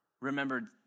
remembered